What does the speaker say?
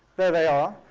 there they are.